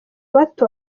bato